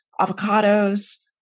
avocados